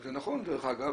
זה נכון, דרך אגב,